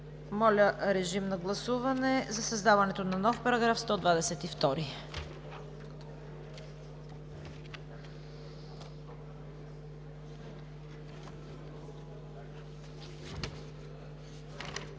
Моля, режим на гласуване за създаването на нов § 122.